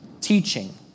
teaching